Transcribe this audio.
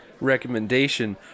recommendation